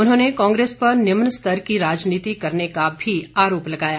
उन्होंने कांग्रेस पर निम्न स्तर की राजनीति करने का भी आरोप लगाया